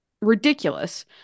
ridiculous